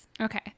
Okay